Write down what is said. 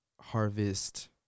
harvest